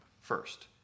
first